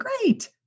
great